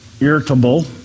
irritable